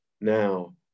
now